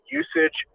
usage